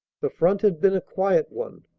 the front had been a quiet one,